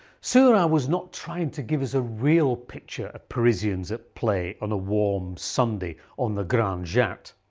seurat was not trying to give us a real picture of parisians at play on a warm sunday on the grand jatte.